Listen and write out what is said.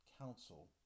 council